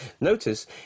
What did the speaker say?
Notice